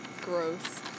Gross